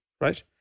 right